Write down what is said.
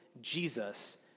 Jesus